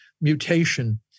mutation